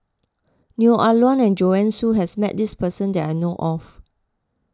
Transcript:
Neo Ah Luan and Joanne Soo has met this person that I know of